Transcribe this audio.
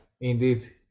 indeed